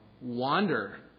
Wander